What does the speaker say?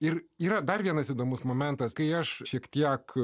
ir yra dar vienas įdomus momentas kai aš šiek tiek